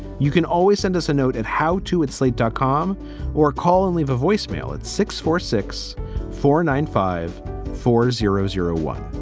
you can always send us a note at how to add slate dot com or call and leave a voicemail at six four six four nine five four zero zero one.